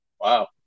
wow